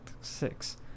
six